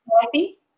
happy